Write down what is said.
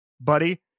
buddy